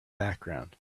background